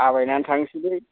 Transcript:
थाबायनानै थांसैलै